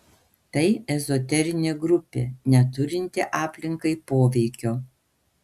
tai ezoterinė grupė neturinti aplinkai poveikio